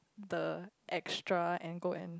the extra and go and